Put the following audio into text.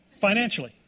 financially